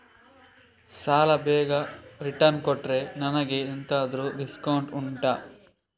ಸಾಲ ಬೇಗ ರಿಟರ್ನ್ ಕೊಟ್ರೆ ನನಗೆ ಎಂತಾದ್ರೂ ಡಿಸ್ಕೌಂಟ್ ಉಂಟಾ